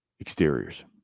exteriors